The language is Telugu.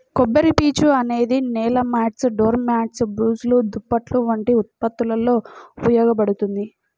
కొబ్బరిపీచు అనేది నేల మాట్స్, డోర్ మ్యాట్లు, బ్రష్లు, దుప్పట్లు వంటి ఉత్పత్తులలో ఉపయోగించబడుతుంది